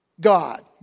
God